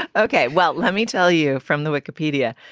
okay. well, let me tell you from the wikipedia,